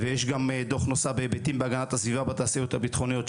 יש גם דוח נוסף בהיבטים בהגנת הסביבה בתעשיות הביטחוניות,